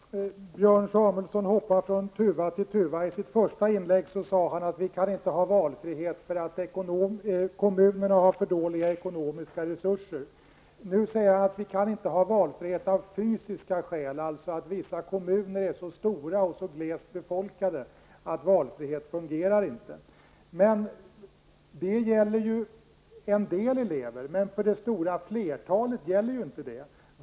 Herr talman! Björn Samuelson hoppar från tuva till tuva. I sitt huvudanförande sade han att vi inte kan ha valfrihet därför att kommunerna har för dåliga ekonomiska resurser. Nu säger han att vi inte kan ha valfrihet av fysiska skäl, dvs. på grund av att vissa kommuner är så stora och så glest befolkade att valfrihet inte fungerar. Detta gäller för en del elever men inte för det stora flertalet.